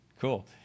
Cool